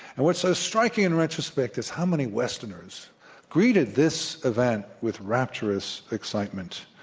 and what's so striking, in retrospect, is how many westerners greeted this event with rapturous excitement.